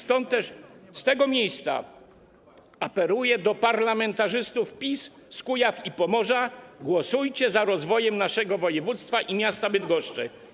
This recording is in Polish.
Stąd też z tego miejsca apeluję do parlamentarzystów PiS z Kujaw i Pomorza: głosujcie za rozwojem naszego województwa i miasta Bydgoszczy.